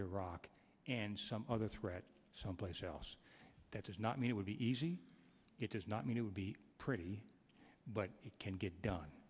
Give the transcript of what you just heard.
iraq and some other threat someplace else that does not mean it would be easy it does not mean it would be pretty but it can get done